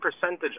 percentage